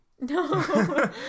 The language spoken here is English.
No